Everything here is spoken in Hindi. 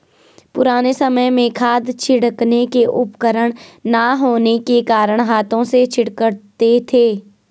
पुराने समय में खाद छिड़कने के उपकरण ना होने के कारण हाथों से छिड़कते थे